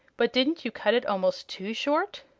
but didn't you cut it almost too short?